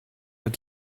that